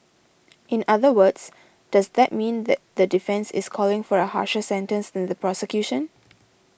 in other words does that mean that the defence is calling for a harsher sentence than the prosecution